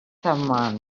someone